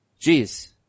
Jeez